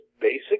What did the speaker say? basic